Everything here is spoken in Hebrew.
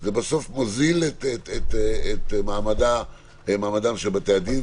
זה בסוף מוזיל את מעמדתם של בתי הדין,